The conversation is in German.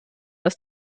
dass